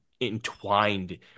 entwined